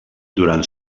durant